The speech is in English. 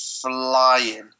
flying